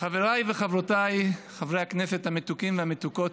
חבריי וחברותיי חברי הכנסת המתוקים והמתוקות,